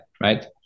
right